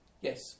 yes